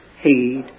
heed